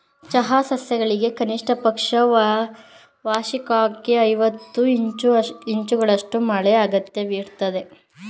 ಚಹಾ ಸಸ್ಯಗಳಿಗೆ ಕನಿಷ್ಟಪಕ್ಷ ವಾರ್ಷಿಕ್ವಾಗಿ ಐವತ್ತು ಇಂಚುಗಳಷ್ಟು ಮಳೆ ಅಗತ್ಯವಿರ್ತದೆ